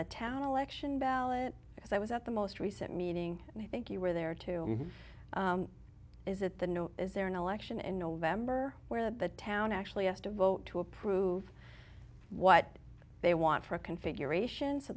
the town election ballot as i was at the most recent meeting and i think you're there to is it the no is there an election in november where the town actually asked to vote to approve what they want for a configuration so